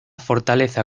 fortaleza